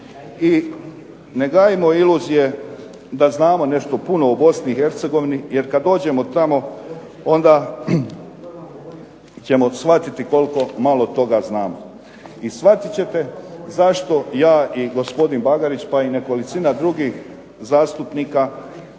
i ne gajimo iluzije da znamo nešto puno o BiH jer kad dođemo tamo onda ćemo shvatiti koliko malo toga znamo. I shvatit ćete zašto ja i gospodin Bagarić, pa i nekolicina drugih zastupnika,